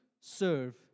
serve